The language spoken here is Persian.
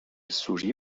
سوری